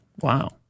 wow